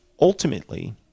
ultimately